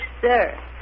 sir